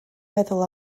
meddwl